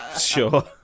sure